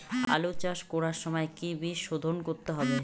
আলু চাষ করার সময় কি বীজ শোধন করতে হবে?